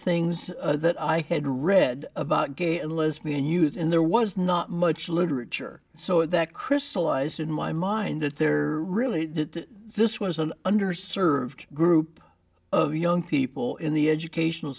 things that i had read about gay and lesbian youth in there was not much literature so that crystallized in my mind that there really that this was an underserved group of young people in the educational